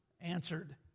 answered